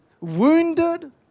wounded